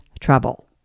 trouble